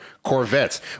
Corvettes